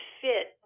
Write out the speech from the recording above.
fit